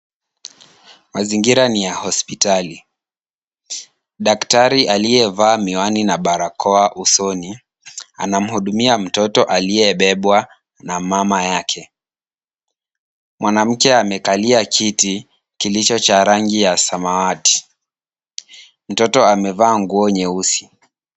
Mazingira ni ya hospitali. Daktari aliyevaa miwani na barakoa usoni anamuhudumia mtoto aliyebebwa na mama yake. Mwanamke amekalia kiti kilicho cha rangi ya samawati. Mtoto amevaa nguo nyeusi.